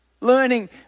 Learning